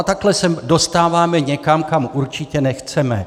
Takhle se dostáváme někam, kam určitě nechceme.